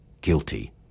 guilty